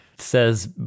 says